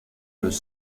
los